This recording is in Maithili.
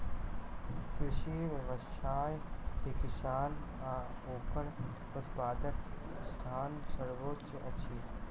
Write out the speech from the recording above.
कृषि व्यवसाय मे किसान आ ओकर उत्पादकक स्थान सर्वोच्य अछि